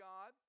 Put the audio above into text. God